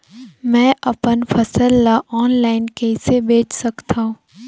मैं अपन फसल ल ऑनलाइन कइसे बेच सकथव?